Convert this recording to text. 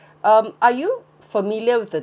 um are you familiar with the